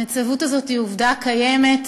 הנציבות הזאת היא עובדה קיימת,